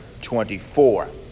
24